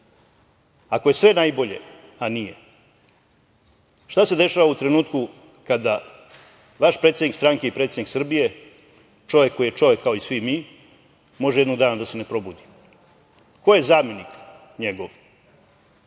ako je sve najbolje, a nije, šta se dešava u trenutku kada vaš predsednik stranke i predsednik Srbije, čovek koji je čovek kao i svi mi, može jednog dana da se ne probudi? Ko je zamenik njegov?